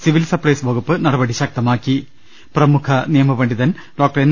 civil supplies വകുപ്പ് നടപടി ശക്തമാക്കി പ്രമുഖ നിയമപണ്ഡിതൻ ഡോക്ടർ എൻ